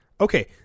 Okay